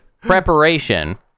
preparation